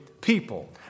people